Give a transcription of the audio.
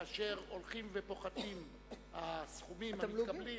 כאשר הולכים ופוחתים הסכומים המתקבלים,